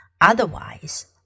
Otherwise